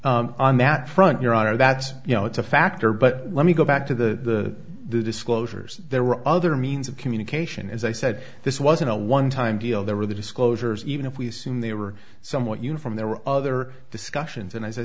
so on that front your honor that's you know it's a factor but let me go back to the the disclosures there were other means of communication as i said this wasn't a one time deal there were the disclosures even if we assume they were somewhat uniform there were other discussions and as i